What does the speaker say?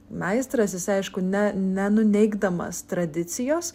meistras jisai aišku ne nenuneigdamas tradicijos